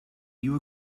you